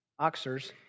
oxers